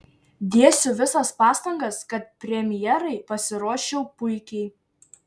dėsiu visas pastangas kad premjerai pasiruoščiau puikiai